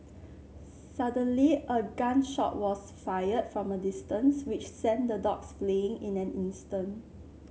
suddenly a gun shot was fired from a distance which sent the dogs fleeing in an instant